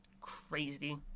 crazy